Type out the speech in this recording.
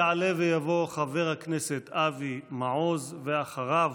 יעלה ויבוא חבר הכנסת אבי מעוז, ואחריו,